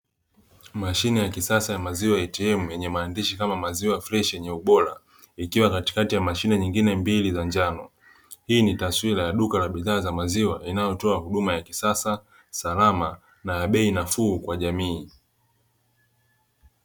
Mashine ya kisasa ya maziwa atm yenye maandishi kama "maziwa freshi yenye ubora" ikiwa katikati ya mashine nyingine mbili za njano, hii ni taswira ya duka la bidhaa za maziwa linayotoa huduma ya kisasa, salama na bei nafuu kwa jamii.